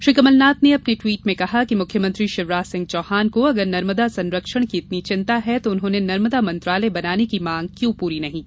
श्री कमलनाथ ने अपने ट्वीट में कहा कि मुख्यमंत्री शिवराज सिंह चौहान को अगर नर्मदा संरक्षण की इतनी चिंता है तो उन्होंने नर्मदा मंत्रालय बनाने की मांग क्यों पूरी नहीं की